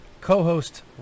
co-host